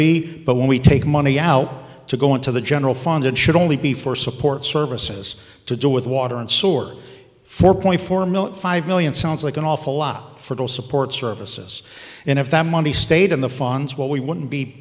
be but when we take money out to go into the general fund it should only be for support services to do with water and sort four point four million five million sounds like an awful lot for the support services and if that money stayed in the funds what we wouldn't be